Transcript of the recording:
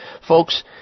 folks